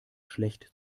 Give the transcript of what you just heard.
schlecht